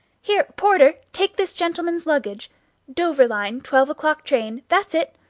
here, porter! take this gentleman's luggage dover line twelve o'clock train that's it,